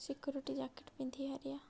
security jacket ପିନ୍ଧି ପାରିିବା